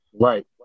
right